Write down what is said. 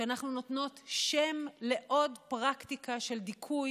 ואנחנו נותנות שם לעוד פרקטיקה של דיכוי